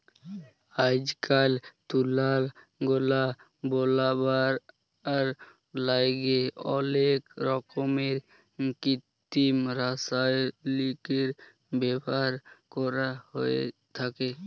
আইজকাইল তুলার গলা বলাবার ল্যাইগে অলেক রকমের কিত্তিম রাসায়লিকের ব্যাভার ক্যরা হ্যঁয়ে থ্যাকে